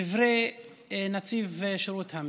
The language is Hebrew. אלה דברי נציב שירות המדינה.